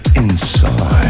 inside